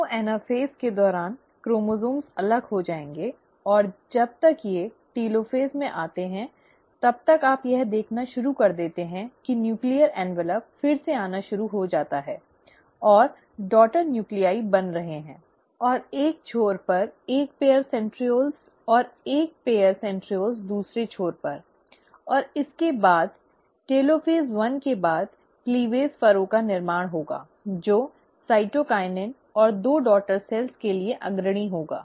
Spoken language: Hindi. तो एनाफ़ेज़ के दौरान क्रोमोसोम्स अलग हो जाएंगे और जब तक वे टेलोफ़ेज़ में आते हैं तब तक आप यह देखना शुरू कर देते हैं कि नूक्लीअर ऍन्वलप् फिर से आना शुरू हो जाता है और डॉटर नूक्लीआइ बन रहे हैं और एक छोर पर एक जोड़ी सेंट्रीओल्स एक और जोड़ी सेंट्रीओल्स दूसरे छोर पर और इसके बाद टेलोफ़ेज़ एक के बाद क्लीव़्इज फरो का निर्माण होगा जो साइटोकाइनेसिस और दो डॉटर सेल्स के लिए अग्रणी होगा